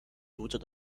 读者